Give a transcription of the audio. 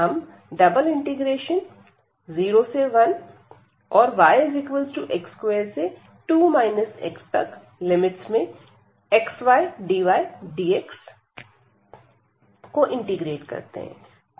हम 01yx22 xxydydx को discuss करते हैं